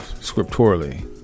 scripturally